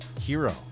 Hero